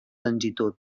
longitud